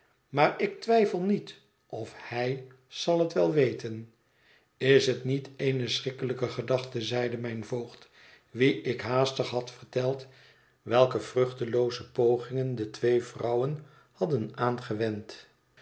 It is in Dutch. maar ik twijfel niet of hij zal het wel weten is het niet eene schrikkelijke gedachte zeide mijn voogd wien ik haastig had verteld welke vruchtelooze pogingen de twee vrouwen hadden aangewend